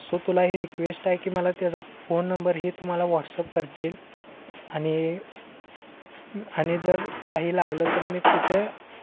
so तुला ही request आहे की मला त्याचा फोन नंबर ही तुम्हाला वॉट्सअप करशील आणि आणि जर काही लागलं तर मी तिथे